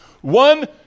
One